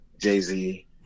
Jay-Z